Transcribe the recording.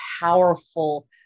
powerful